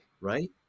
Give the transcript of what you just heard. right